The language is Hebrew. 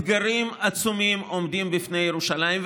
אתגרים עצומים עומדים בפני ירושלים,